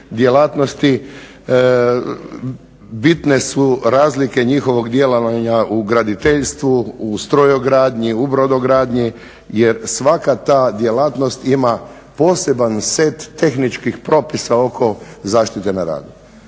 djelatnosti. Bitne su razlike njihovog djelovanja u graditeljstvu, u strojogradnji, u brodogradnji jer svaka ta djelatnost ima poseban set tehničkih propisa oko zaštite na radu.